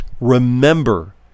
Remember